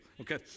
okay